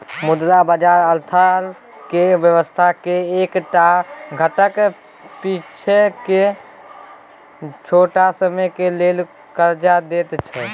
मुद्रा बाजार अर्थक व्यवस्था के एक टा घटक छिये जे की छोट समय के लेल कर्जा देत छै